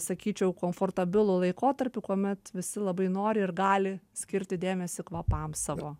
sakyčiau komfortabilų laikotarpį kuomet visi labai nori ir gali skirti dėmesį kvapams savo